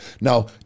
Now